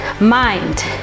mind